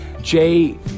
Jay